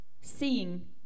seeing